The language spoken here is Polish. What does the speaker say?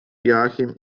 joachim